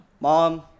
Mom